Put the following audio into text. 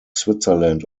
switzerland